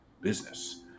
business